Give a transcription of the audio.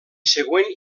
següent